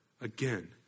again